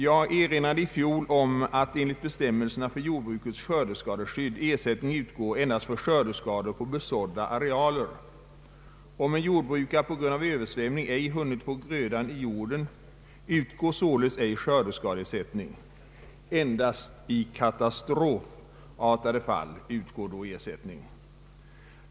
Jag erinrade i fjol om att enligt bestämmelserna för jordbrukets skördeskadeskydd ersättning utgår endast för skördeskador på besådda arealer. Om en jordbrukare på grund av översvämning ej har hunnit få grödan i jorden, utgår således ej skördskadeersättning. Endast i katastrofartade fall kan viss ersättning då utgå.